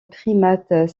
primates